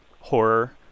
horror